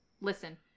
listen